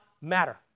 matter